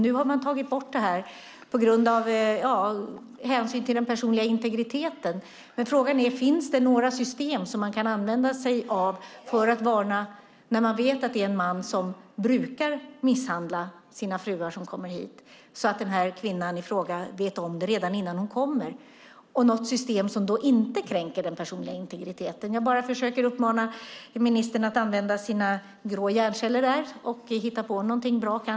Nu har det tagits bort på grund av hänsyn till den personliga integriteten. Frågan är om det finns något system som man kan använda sig av för att varna när man vet att det är en man som brukar misshandla sina fruar som kommer hit - så att kvinnan i fråga vet om det innan hon kommer hit. Det ska vara ett system som inte kränker den personliga integriteten. Jag försöker uppmana ministern att använda sina grå hjärnceller och hitta på något bra.